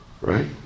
right